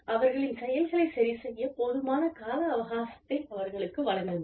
அவர்களின் செயல்களைச் சரிசெய்ய போதுமான கால அவகாசத்தை அவர்களுக்கு வழங்குங்கள்